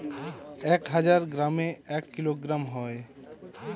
এক হাজার গ্রামে এক কিলোগ্রাম হয়